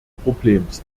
problems